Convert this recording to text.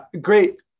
great